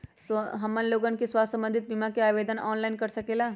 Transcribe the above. हमन लोगन के स्वास्थ्य संबंधित बिमा का आवेदन ऑनलाइन कर सकेला?